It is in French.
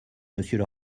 monsieur